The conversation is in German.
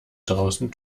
draußen